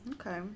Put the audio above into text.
Okay